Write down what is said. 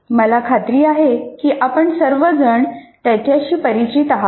मला खात्री आहे की आपण सर्व जण त्याच्याशी परिचित आहात